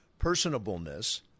personableness